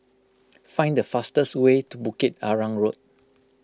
find the fastest way to Bukit Arang Road